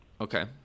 Okay